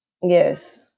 yes